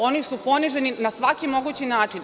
Oni su poniženi na svaki mogući način.